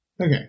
okay